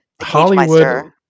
Hollywood